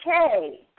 Okay